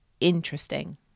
interesting